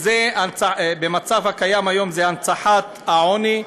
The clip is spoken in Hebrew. במצב הקיים היום זה הנצחת העוני,